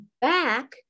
back